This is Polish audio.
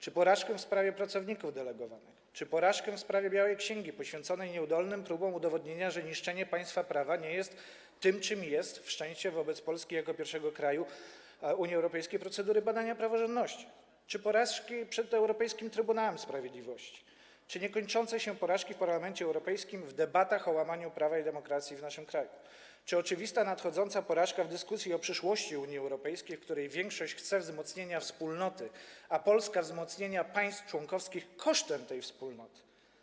czy porażkę w sprawie pracowników delegowanych, czy porażkę związaną z białą księgą poświęconą nieudolnym próbom udowodnienia, że dowodem na niszczenie państwa prawa nie jest wszczęcie wobec Polski jako pierwszego kraju Unii Europejskiej procedury badania praworządności, czy porażki przed Europejskim Trybunałem Sprawiedliwości, czy niekończące się porażki w Parlamencie Europejskim w debatach o łamaniu prawa i zasad demokracji w naszym kraju, czy nadchodzącą oczywistą porażkę w dyskusji o przyszłości Unii Europejskiej, w której większość chce wzmocnienia Wspólnoty, a Polska wzmocnienia państw członkowskich kosztem tej Wspólnoty?